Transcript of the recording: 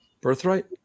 Birthright